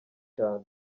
cyane